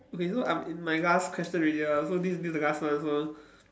okay so I'm in my last question already ah so this this the last one also